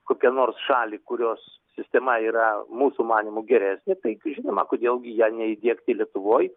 kokią nors šalį kurios sistema yra mūsų manymu geresnė tai žinoma kodėl gi ją neįdiegti lietuvoj